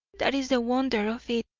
that is the wonder of it.